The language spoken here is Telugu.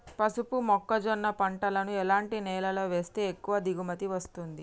పసుపు మొక్క జొన్న పంటలను ఎలాంటి నేలలో వేస్తే ఎక్కువ దిగుమతి వస్తుంది?